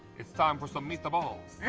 is time for some meatballs.